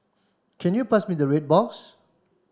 can you pass me the red box